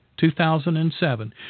2007